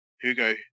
Hugo